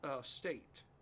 state